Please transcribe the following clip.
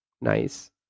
nice